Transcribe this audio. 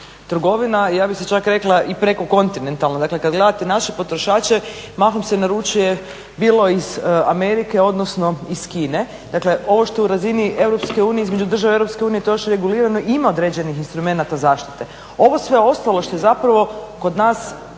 trgovina, ja bih čak rekla i preko kontinentalna. Dakle, kad gledate naše potrošače mahom se naručuje bilo iz Amerike odnosno iz Kine. Dakle, ovo što je u razini EU između država EU to je još i regulirano i ima određenih instrumenata zaštite. Ovo sve ostalo što je zapravo kod nas